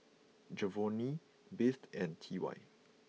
Giovanny Beth and T Y